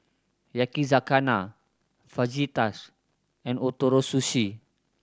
Yakizakana Fajitas and Ootoro Sushi